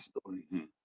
stories